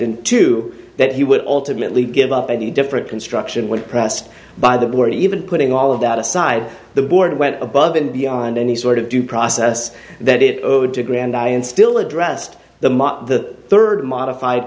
and to that he would ultimately give up any different construction when pressed by the board even putting all of that aside the board went above and beyond any sort of due process that it owed to grand i and still addressed the mott the third modified